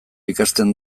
ikasten